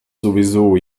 sowieso